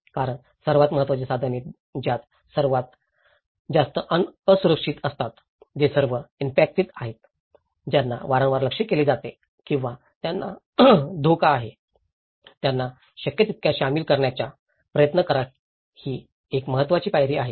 काही सर्वात महत्त्वाची साधने ज्यात सर्वात जास्त असुरक्षित असतात जे सर्व इम्पॅक्टित आहेत ज्यांना वारंवार लक्ष्य केले जाते किंवा ज्यांना धोका आहे त्यांना शक्य तितक्या सामील करण्याचा प्रयत्न करा ही एक महत्वाची पायरी आहे